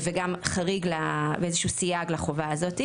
וגם איזשהו סייג לחובה הזאת.